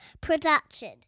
production